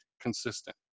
consistent